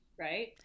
right